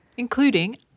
including